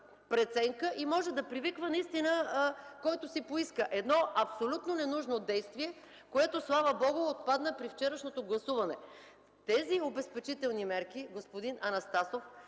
и може да привиква, когото си поиска. Едно абсолютно ненужно действие, което, слава Богу, отпадна при вчерашното гласуване. Тези обезпечителни мерки, господин Анастасов,